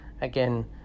Again